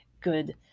good